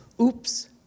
Oops